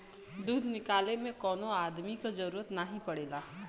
दूध निकाले में कौनो अदमी क जरूरत नाही पड़ेला